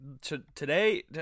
today